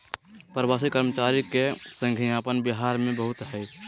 प्रवासी कर्मचारी के संख्या अपन बिहार में बहुत हइ